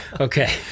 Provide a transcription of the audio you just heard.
Okay